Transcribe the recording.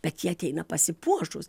bet ji ateina pasipuošus